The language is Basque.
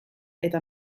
eta